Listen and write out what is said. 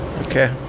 Okay